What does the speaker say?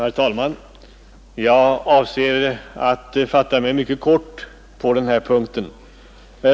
Herr talman! Jag avser att fatta mig mycket kort på den här punkten.